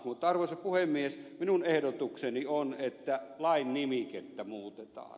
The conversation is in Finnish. mutta arvoisa puhemies minun ehdotukseni on että lain nimikettä muutetaan